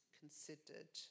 considered